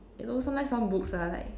you know sometimes some books are like